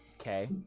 Okay